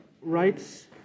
rights